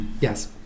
yes